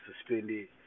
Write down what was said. suspended